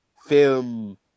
film